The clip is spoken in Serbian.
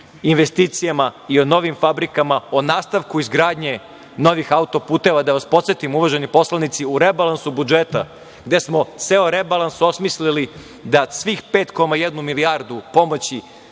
investicijama, i o novim fabrikama, o nastavku izgradnje novih auto-puteva. Da vas podsetim, uvaženi poslanici, u rebalansu budžeta, gde smo ceo rebalans osmislili da svih 5,1 milijardu pomoći